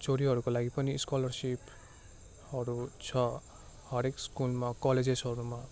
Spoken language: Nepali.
छोरीहरूको लागि पनि स्कोलरसिपहरू छ हरेक स्कुलमा कलेजेसहरूमा